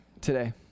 today